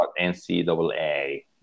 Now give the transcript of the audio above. NCAA